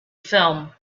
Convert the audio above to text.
film